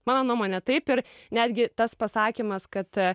mano nuomone taip ir netgi tas pasakymas kad